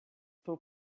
two